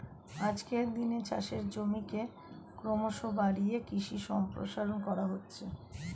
আজকের দিনে চাষের জমিকে ক্রমশ বাড়িয়ে কৃষি সম্প্রসারণ করা হচ্ছে